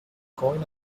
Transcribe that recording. coin